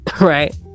right